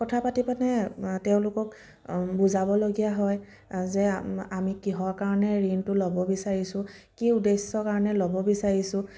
কথা পাতিপেনে তেওঁলোকক বুজাবলগীয়া হয় যে আমি কিহৰ কাৰণে ঋণটো ল'ব বিচাৰিছো কি উদ্দেশ্যৰ কাৰণে ল'ব বিচাৰিছোঁ